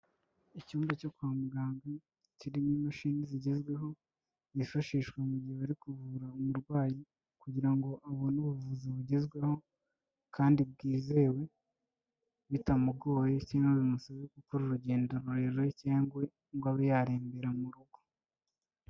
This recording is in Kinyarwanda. Icyumba cyo kwa muganga, kirimo imashini zigezweho, zifashishwa mu gihe bari kuvura umurwayi, kugira ngo abone ubuvuzi bugezweho, kandi bwizewe, bitamugoye cyangwa ngo bimusabe gukora urugendo rurerure, cyangwa ngo abe yarembera mu rugo.